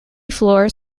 floors